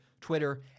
Twitter